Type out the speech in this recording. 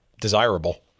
desirable